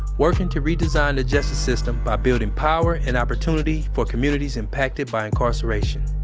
working to redesign the justice system by building power and opportunity for communities impacted by incarceration.